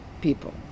people